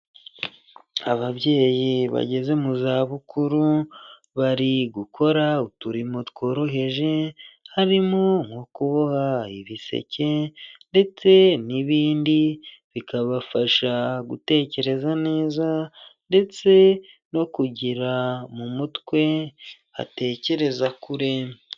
Ababyeyi bageze mu zabukuru, bari gukora uturimo tworoheje, harimo nko kuboha ibiseke ndetse n'ibindi, bikabafasha gutekereza neza ndetse no kugira mu mutwe hatekereza kure.